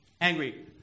Angry